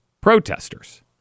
protesters